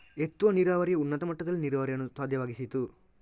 ಎತ್ತುವ ನೀರಾವರಿಯು ಉನ್ನತ ಮಟ್ಟದಲ್ಲಿ ನೀರಾವರಿಯನ್ನು ಸಾಧ್ಯವಾಗಿಸಿತು